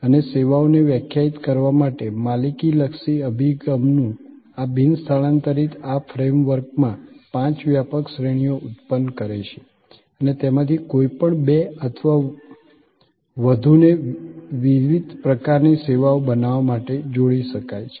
અને સેવાઓને વ્યાખ્યાયિત કરવા માટે માલિકી લક્ષી અભિગમનું આ બિન સ્થાનાંતર આ ફ્રેમ વર્કમાં પાંચ વ્યાપક શ્રેણીઓ ઉત્પન્ન કરે છે અને તેમાંથી કોઈપણ બે અથવા વધુને વિવિધ પ્રકારની સેવાઓ બનાવવા માટે જોડી શકાય છે